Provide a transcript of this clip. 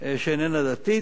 שאיננה דתית.